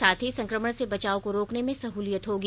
साथ ही संक्रमण से बचाव को रोकने में सहलियत होगी